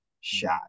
shot